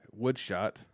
Woodshot